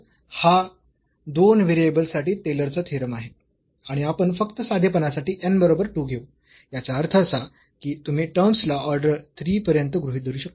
तर हा दोन व्हेरिएबल्स साठी टेलरचा थेरम आहे आणि आपण फक्त साधेपणासाठी n बरोबर 2 घेऊ याचा अर्थ असा की तुम्ही टर्म्स ला ऑर्डर 3 पर्यंत गृहीत धरू शकता